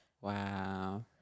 Wow